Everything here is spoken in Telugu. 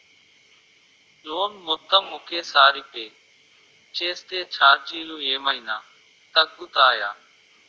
లోన్ మొత్తం ఒకే సారి పే చేస్తే ఛార్జీలు ఏమైనా తగ్గుతాయా?